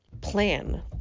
plan